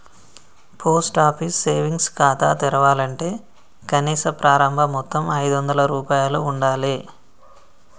post office savings ఖాతా తెరవాలంటే కనీస ప్రారంభ మొత్తం ఐదొందల రూపాయలు ఉండాలె